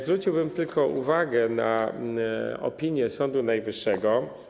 Zwróciłbym tylko uwagę na opinię Sądu Najwyższego.